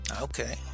Okay